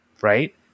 Right